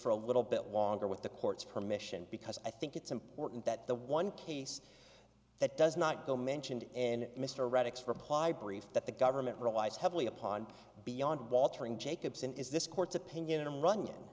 for a little bit longer with the court's permission because i think it's important that the one case that does not go mentioned and mr radix reply brief that the government relies heavily upon beyond baltar and jacobson is this court's opinion in runyon